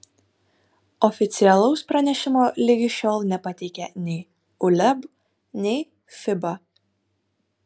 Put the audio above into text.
oficialaus pranešimo ligi šiol nepateikė nei uleb nei fiba